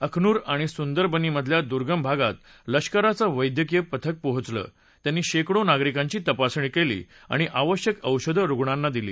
अखनूर आणि सुंदरबनीमधल्या दुर्गम भागात लष्कराचं वैद्यकीय पथक पोहचलं त्यांनी शक्किंवे नागरिकांची तपासणी कली आणि आवश्यक औषधं रुग्णाना दिली